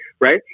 Right